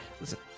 listen